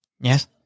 Yes